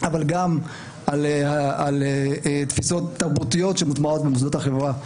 אבל גם על תפיסות תרבותיות שמוטמעות במוסדות החברה.